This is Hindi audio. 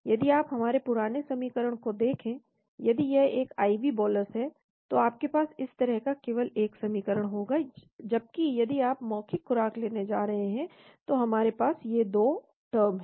यदि आप हमारे पुराने समीकरण को देखें यदि यह एक IV बोलस है तो आपके पास इस तरह का केवल एक समीकरण होगा जबकि यदि आप मौखिक खुराक लेने जा रहे हैं तो हमारे पास ये 2 टर्म हैं